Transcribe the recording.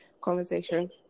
conversation